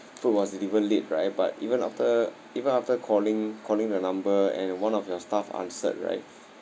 food was delivered late right but even after even after calling calling the number and one of your staff answered right